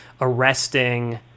arresting